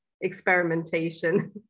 experimentation